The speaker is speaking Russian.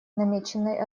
намеченной